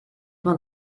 man